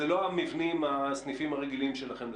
אלה לא המבנים של הסניפים הרגילים שלכם.